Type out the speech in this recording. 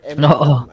no